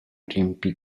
riempì